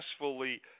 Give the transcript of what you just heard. successfully